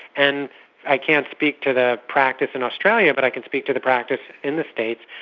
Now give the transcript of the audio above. and i can't speak to the practice in australia but i can speak to the practice in the states,